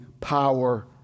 power